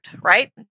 right